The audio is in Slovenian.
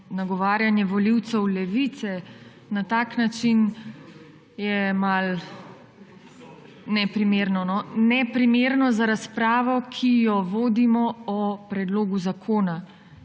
nagovarjanje volivcev Levice na tak način je malo neprimerno; neprimerno za razpravo, ki jo vodimo o predlogu zakona.